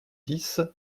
dix